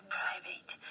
private